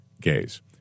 gays